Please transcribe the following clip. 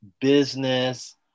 business